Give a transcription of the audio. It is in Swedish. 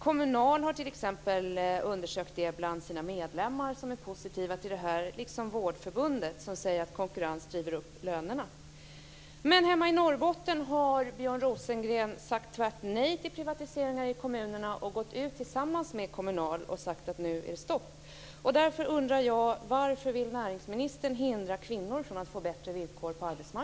Kommunal har undersökt detta bland sina medlemmar, och de har visat sig positiva till detta. Vårdförbundet säger att konkurrens driver upp lönerna. Hemma i Norrbotten har Björn Rosengren sagt tvärt nej till privatiseringar i kommunerna och gått ut tillsammans med Kommunal och sagt att det nu är stopp.